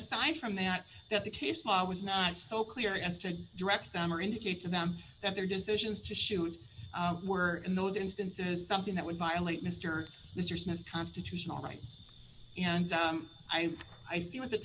aside from that that the case law was not so clear as to direct them or indicate to them that their decisions to shoot were in those instances something that would violate mr mr smith constitutional rights and i i see at the